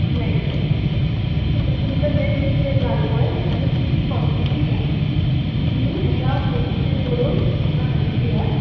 मेळटले मेळटले सो तुमकां जें कितें कितें जाय पळय आनी कितली कॉनटीटी जाय ती तुमी एका पेजीचेर बरोवन म्हाका हाडून दियात